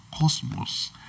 cosmos